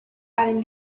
haren